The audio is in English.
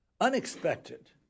unexpected